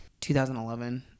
2011